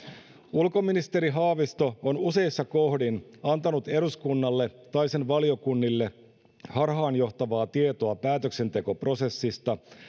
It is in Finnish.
ulkoministeri haavisto on useissa kohdin antanut eduskunnalle tai sen valiokunnille harhaanjohtavaa tietoa päätöksentekoprosessista